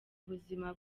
ubuzima